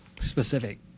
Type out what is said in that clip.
specific